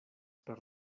per